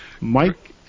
Mike